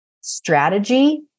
strategy